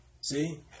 See